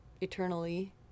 eternally